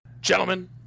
Gentlemen